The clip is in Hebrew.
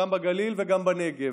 גם בגליל וגם בנגב,